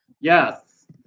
Yes